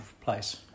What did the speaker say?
place